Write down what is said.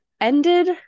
ended